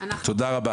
תודה רבה.